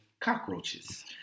cockroaches